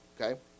Okay